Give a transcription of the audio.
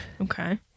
Okay